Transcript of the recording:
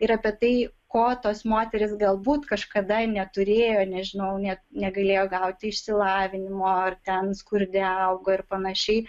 ir apie tai ko tos moterys galbūt kažkada neturėjo nežinau nė negalėjo gauti išsilavinimo ar ten skurde augo ir panašiai